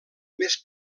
més